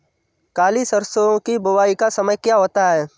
काली सरसो की बुवाई का समय क्या होता है?